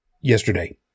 yesterday